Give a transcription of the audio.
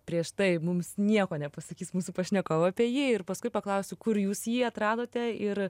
prieš tai mums nieko nepasakys mūsų pašnekovai apie jį ir paskui paklausiu kur jūs jį atradote ir